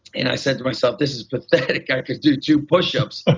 and i said to myself, this is pathetic. i could do two push ups. ah